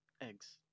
Eggs